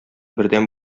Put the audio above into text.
бердәм